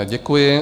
Děkuji.